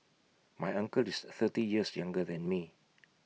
my uncle is thirty years younger than me